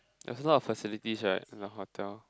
there's a lot of facilities right in the hotel